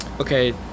Okay